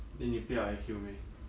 then 你不要 I_Q meh